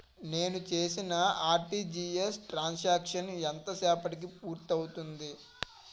నేను చేసిన RTGS transaction ఎంత సేపటికి పూర్తి అవుతుంది?